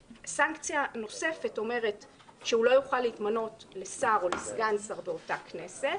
סנקציה נוספת אומרת שהוא לא יוכל להתמנות לשר או לסגן שר באותה כנסת,